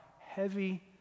heavy